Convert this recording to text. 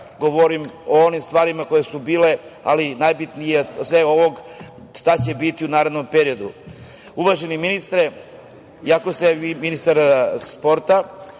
govorim o onim stvarima koje su bile, ali najbitnije sem ovog jeste šta će biti u narednom periodu. Uvaženi ministre, iako ste vi ministar sporta,